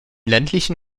ländlichen